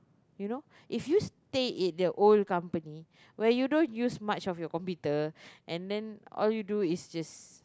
you know if you stay in the old company where you don't use much of your computer and then all you do is just